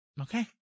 Okay